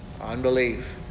Unbelief